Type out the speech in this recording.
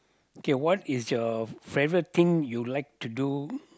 okay what is your favorite thing you like to do